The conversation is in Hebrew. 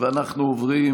אנחנו עוברים